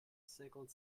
cinquante